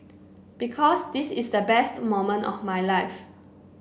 because this is the best moment of my life